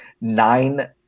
nine